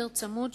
יותר צמוד,